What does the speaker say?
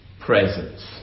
presence